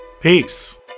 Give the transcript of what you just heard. Peace